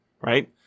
right